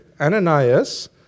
Ananias